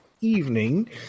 evening